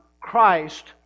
Christ